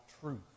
truth